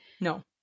No